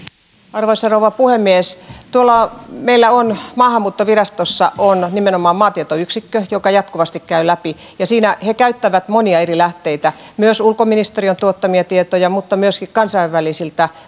arvoisa rouva puhemies tuolla meillä maahanmuuttovirastossa on nimenomaan maatietoyksikkö joka jatkuvasti käy läpi näitä ja siinä he käyttävät monia eri lähteitä ulkoministeriön tuottamia tietoja mutta myöskin kansainvälisiä